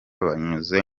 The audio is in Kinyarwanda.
banyuze